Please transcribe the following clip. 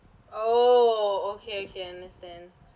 !ow! okay okay understand